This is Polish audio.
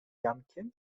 jankiem